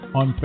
on